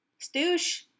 Stoosh